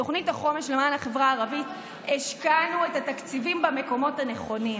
בתוכנית החומש למען החברה הערבית השקענו את התקציבים במקומות הנכונים: